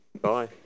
Bye